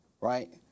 right